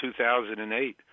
2008